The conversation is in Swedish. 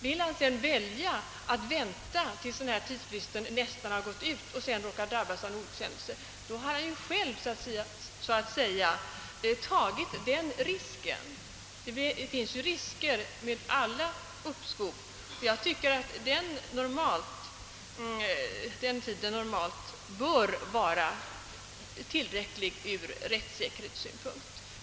Väljer han att vänta tills tidsfristen nästan har gått ut och då drabbas av olyckshändelse, har han själv tagit denna risk. Det finns risker med alla uppskov, och jag anser att den föreslagna tidsbegränsningen normalt bör vara tillräcklig ur rättssäkerhetssynpunkt.